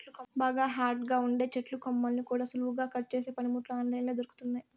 బాగా హార్డ్ గా ఉండే చెట్టు కొమ్మల్ని కూడా సులువుగా కట్ చేసే పనిముట్లు ఆన్ లైన్ లో దొరుకుతున్నయ్యి